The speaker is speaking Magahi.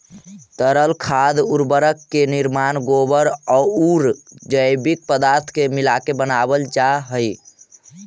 तरल खाद उर्वरक के निर्माण गोबर औउर जैविक पदार्थ के मिलाके बनावल जा हई